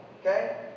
okay